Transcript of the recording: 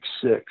six